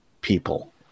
people